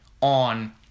on